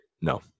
No